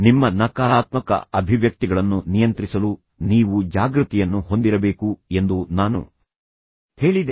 ನಿಮ್ಮ ನಕಾರಾತ್ಮಕ ಅಭಿವ್ಯಕ್ತಿಗಳನ್ನು ನಿಯಂತ್ರಿಸಲು ನೀವು ಜಾಗೃತಿಯನ್ನು ಹೊಂದಿರಬೇಕು ಎಂದು ನಾನು ಹೇಳಿದೆ